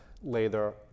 later